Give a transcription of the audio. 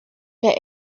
der